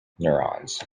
neurons